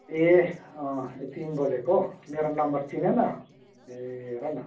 ए अँ ए तिमी बोलेको मेरो नम्बर चिनेन ए हेर न